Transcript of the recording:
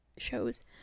shows